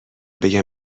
بگم